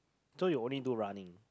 so you only do running